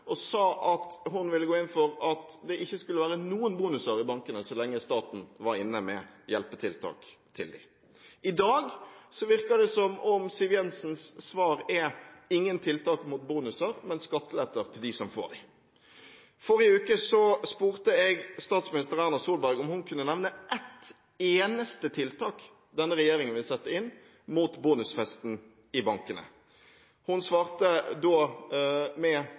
og sa at hun ville gå inn for at det ikke skulle være noen bonuser i bankene så lenge staten var inne med hjelpetiltak til dem. I dag virker det som om Siv Jensens svar er ingen tiltak mot bonuser, men skattelette til dem som får dem. Forrige uke spurte jeg statsminister Erna Solberg om hun kunne nevne et eneste tiltak denne regjeringen vil sette inn mot bonusfesten i bankene. Hun svarte da med